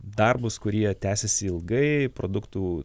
darbus kurie tęsiasi ilgai produktų